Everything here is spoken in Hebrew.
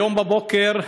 היום בבוקר,